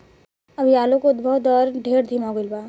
अभी आलू के उद्भव दर ढेर धीमा हो गईल बा